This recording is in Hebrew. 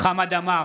חמד עמאר,